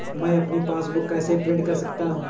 मैं अपनी पासबुक कैसे प्रिंट कर सकता हूँ?